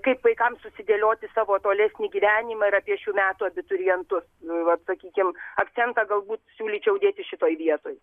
kaip vaikams susidėlioti savo tolesnį gyvenimą ir apie šių metų abiturientus nu vat sakykim akcentą galbūt siūlyčiau dėti šitoj vietoj